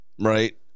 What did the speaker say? right